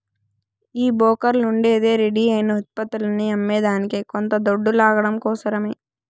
ఈ బోకర్లుండేదే రెడీ అయిన ఉత్పత్తులని అమ్మేదానికి కొంత దొడ్డు లాగడం కోసరమే